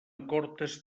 cortes